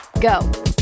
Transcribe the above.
go